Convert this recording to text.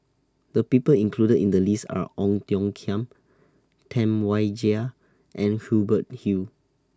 The People included in The list Are Ong Tiong Khiam Tam Wai Jia and Hubert Hill